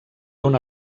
una